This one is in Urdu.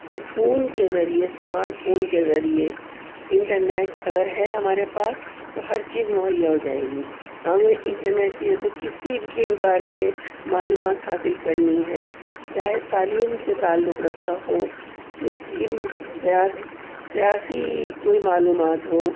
ایک فون کے ذریعے اسمارٹ فون کے ذریعے انٹرنیٹ اگر ہے ہمارے پاس تو ہر چیز مہیا ہوجائے گی ہمیں انٹرنیٹ کی وجہ سے کسی کے بھی بارے میں معلومات حاصل کرنی ہے چاہے تعلیم سے تعلق رکھتا ہو سیاسی کوئی معلومات ہو